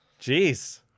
Jeez